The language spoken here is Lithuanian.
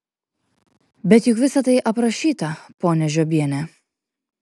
bet juk visa tai aprašyta ponia žiobiene